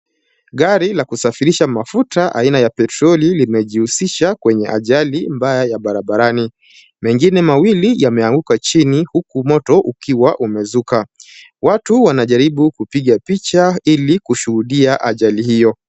Gari la kusafirisha mafuta aina ya petroli limejihusisha kwenye ajali mbaya ya barabarani. Mengine mawili yameanguka chini huku moto ukiwa umezuka. Watu wanajaribu kupiga picha ili kushuhudia ajali hiyo.